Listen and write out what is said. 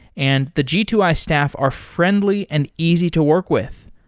and the g two i staff are friendly and easy to work with.